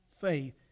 faith